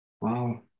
Wow